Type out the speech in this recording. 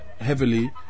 heavily